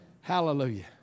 Hallelujah